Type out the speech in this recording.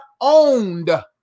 owned